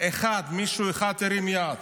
מישהו אחד הרים יד.